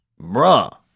bruh